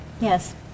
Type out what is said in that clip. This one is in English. Yes